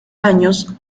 años